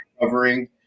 covering